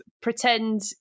pretend